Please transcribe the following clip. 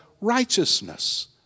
righteousness